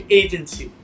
agency